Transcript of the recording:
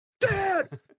dad